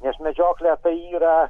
nes medžioklė tai yra